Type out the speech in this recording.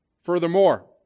Furthermore